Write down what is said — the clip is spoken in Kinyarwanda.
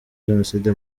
genocide